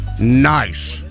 Nice